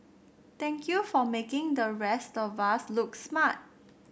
thank you for making the rest of us look smart